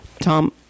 Tom